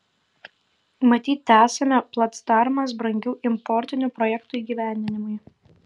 matyt tesame placdarmas brangių importinių projektų įgyvendinimui